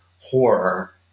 horror